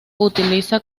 utiliza